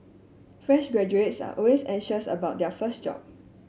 fresh graduates are always anxious about their first job